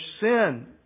sin